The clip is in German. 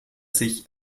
sich